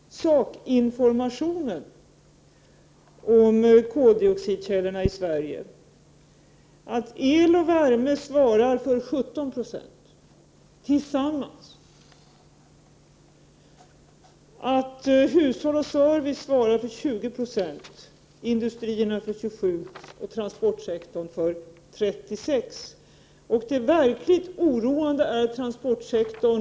Herr talman! För att ytterligare fylla på då det gäller sakinformationen om koldioxidkällorna i Sverige vill jag först säga att el och värme svarar för 17 96 tillsammans, hushåll och service för 20 96, industrierna för 27 6 och transportsektorn för 36 Jo. Det verkligt oroande är siffran för transportsektorn.